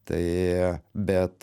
tai bet